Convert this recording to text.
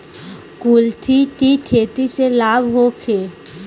कुलथी के खेती से लाभ होखे?